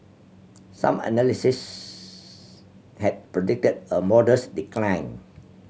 some analysts had predicted a modest decline